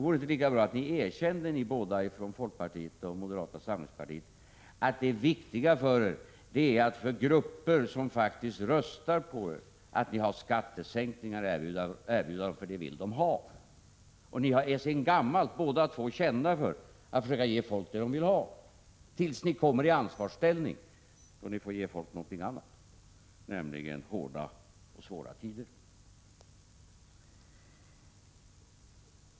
Vore det inte lika bra att ni båda två från folkpartiet och moderata samlingspartiet erkände att det viktiga för er är att till grupper som faktiskt röstar på er ha skattesänkningar att erbjuda, för det vill de ha! Ni är sedan gammalt båda två kända för att försöka ge folk vad de vill ha — tills ni kommer i ansvarsställning, då ni får ge folk något annat, nämligen hårda och svåra tider.